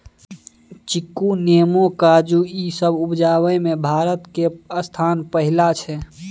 चीकू, नेमो, काजू ई सब उपजाबइ में भारत के स्थान पहिला छइ